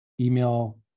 email